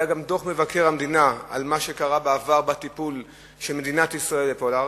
היה גם דוח מבקר המדינה על מה שקרה בעבר בטיפול של מדינת ישראל בפולארד,